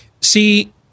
See